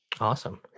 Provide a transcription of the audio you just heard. Awesome